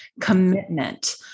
commitment